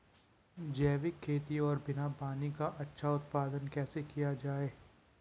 जैविक खेती और बिना पानी का अच्छा उत्पादन कैसे किया जाए?